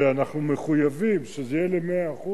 ואנחנו מחויבים שזה יהיה ל-100%,